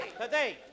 Today